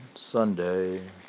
Sunday